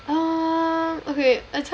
um okay I a time